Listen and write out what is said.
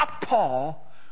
Paul